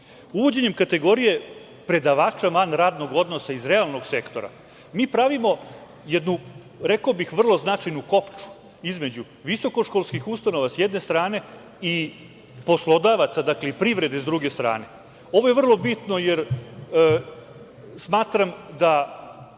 zamišljen. Uvođenjem kategorije predavača van radnog odnosa, iz realnog sektora, pravimo jednu, rekao bih, vrlo značajnu kopču između visokoškolskih ustanova, sa jedne strane, i poslodavaca, privrede, sa druge strane. Ovo je vrlo bitno, jer smatram da